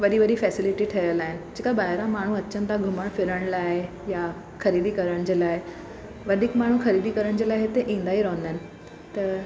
वॾी वॾी फैसिलिटी ठहियलु आहिनि जेका ॿाहिरां माण्हू अचनि था घुमण फिरण लाइ या ख़रीदी करण जे लाइ वधीक माण्हू ख़रीदी करणु जे लाइ हिते ईंदा ई रहंदा आहिनि त